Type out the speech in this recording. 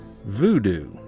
Voodoo